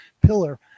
pillar